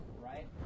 right